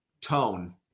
tone